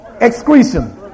excretion